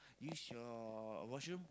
use your washroom